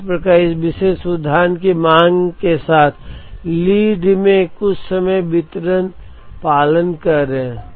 इस प्रकार इस विशेष उदाहरण में मांग के साथ साथ लीड समय भी कुछ वितरण का पालन कर रहे हैं